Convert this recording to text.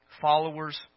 Followers